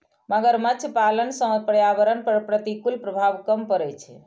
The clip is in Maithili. मगरमच्छ पालन सं पर्यावरण पर प्रतिकूल प्रभाव कम पड़ै छै